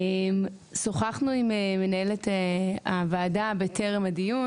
שוחחנו עם מנהלת הוועדה בטרם הדיון,